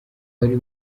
wari